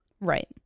Right